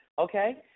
Okay